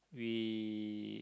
we